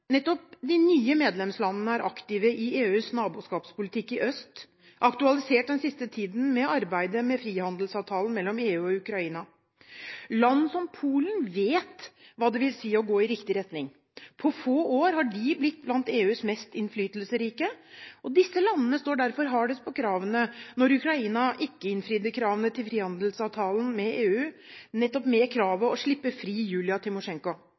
Nettopp de nye medlemslandene er aktive i EUs naboskapspolitikk i øst, aktualisert den siste tiden med arbeidet med frihandelsavtalen mellom EU og Ukraina. Land som Polen vet hva det vil si å gå i riktig retning. På få år har de blitt blant EUs mest innflytelsesrike. Disse landene sto derfor hardest på kravene da Ukraina ikke innfridde kravene til frihandelsavtalen med EU – kravet om å slippe fri Julia Timosjenko.